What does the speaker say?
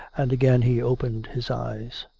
and again he opened his eyes.